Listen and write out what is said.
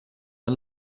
are